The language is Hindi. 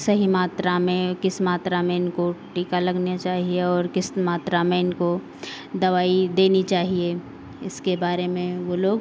सही मात्रा में किस मात्रा में इनको टीका लगना चाहिए और किस मात्रा में इनको दवाई देनी चाहिए इसके बारे में वो लोग